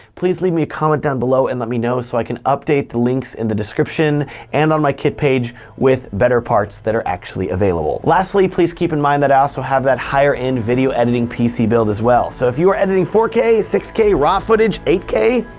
please leave me a comment down below and let me know so i can update the links in the description and on my kit page with better parts that are actually available. lastly, please keep in mind that i also have that higher-end video editing pc build as well. so if you are editing four k, six k, raw footage, eight k,